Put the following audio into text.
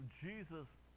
Jesus